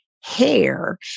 hair